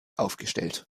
aufgestellt